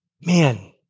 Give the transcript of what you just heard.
Man